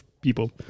people